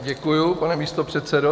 Děkuji, pane místopředsedo.